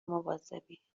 مواظبی